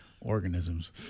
organisms